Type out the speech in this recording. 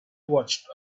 watched